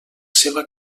seva